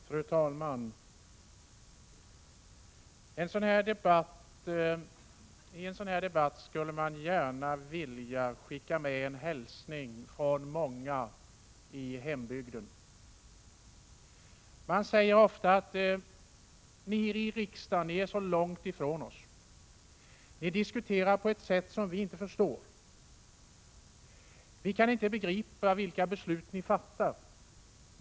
Fru talman! I en sådan här debatt skulle man gärna vilja skicka med en hälsning från många i hembygden. Det sägs ofta: Ni i riksdagen är så långt ifrån oss. Ni diskuterar på ett sätt som vi inte förstår. Vi kan inte begripa vilka beslut ni fattar.